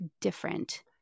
different